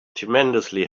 tremendously